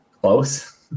close